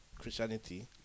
Christianity